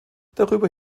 darüber